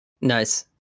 Nice